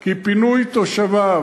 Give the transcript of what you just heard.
כי פינוי תושביו